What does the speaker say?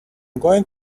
going